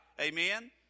amen